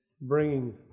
bringing